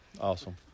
awesome